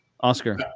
Oscar